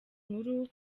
nkuru